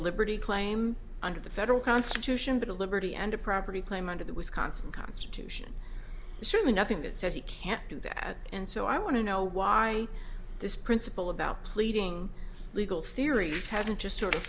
liberty claim under the federal constitution but a liberty and a property claim under the wisconsin constitution certainly nothing that says he can't do that and so i want to know why this principle about pleading legal theories hasn't just sort of